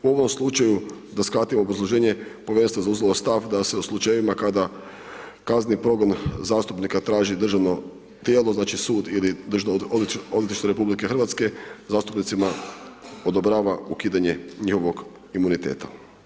U ovom slučaju da skratim obrazloženje povjerenstvo je zauzelo stav da se u slučajevima kada kazneni progon zastupnika traži državno tijelo, znači sud ili Državno odvjetništvo RH, zastupnicima odobrava ukidanje njihovog imuniteta.